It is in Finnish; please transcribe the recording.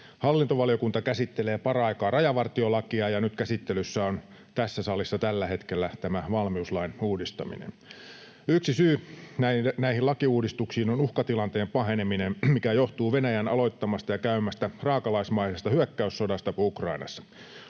Hallintovaliokunta käsittelee paraikaa rajavartiolakia, ja nyt käsittelyssä on tässä salissa tällä hetkellä tämä valmiuslain uudistaminen. Yksi syy näihin lakiuudistuksiin on uhkatilanteen paheneminen, mikä johtuu Venäjän aloittamasta ja käymästä raakalaismaisesta hyökkäyssodasta Ukrainassa.